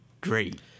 great